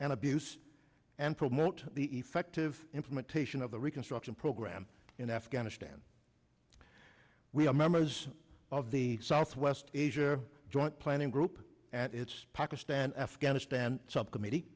and abuse and promote the effective implementation of the reconstruction program in afghanistan we are members of the southwest asia joint planning group at its pakistan afghanistan subcommittee